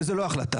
זו לא החלטה,